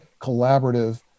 collaborative